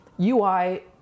UI